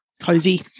Cozy